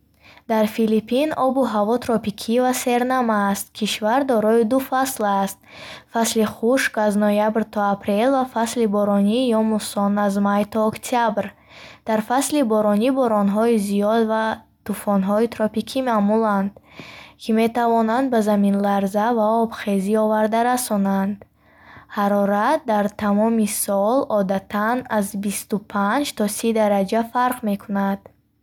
Дар Филиппин обу ҳаво тропикӣ ва сернам аст. Кишвар дорои ду фасл аст: фасли хушк аз ноябр то апрел ва фасли боронӣ ё муссон аз май то октябр. Дар фасли боронӣ боронҳои зиёд ва тӯфонҳои тропикӣ маъмуланд, ки метавонанд ба заминларза ва обхезӣ оварда расонанд. Ҳарорат дар тамоми сол одатан аз бисту панҷ то сӣ дараҷа фарқ мекунад.